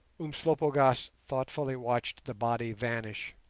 umslopogaas thoughtfully watched the body vanish.